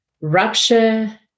rupture